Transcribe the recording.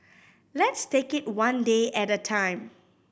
let's take it one day at a time